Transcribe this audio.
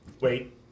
Wait